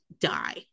die